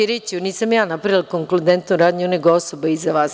Ćiriću, nisam ja napravila konkludentnu radnju nego osoba iza vas.